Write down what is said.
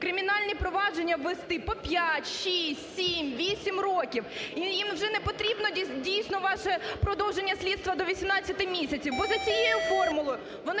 кримінальні провадження ввести по п'ять, шість, сім, вісім років. Їм не потрібно дійсно ваше продовження слідства до 18 місяців, бо за цією формулою, вони